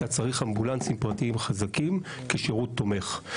אתה צריך אמבולנסים פרטיים חזקים כשירות תומך.